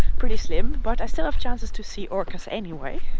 pretty slim, but i still have chances to see orcas anyway